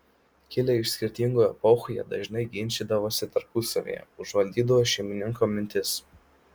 kilę iš skirtingų epochų jie dažnai ginčydavosi tarpusavyje užvaldydavo šeimininko mintis